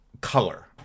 color